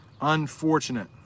Unfortunate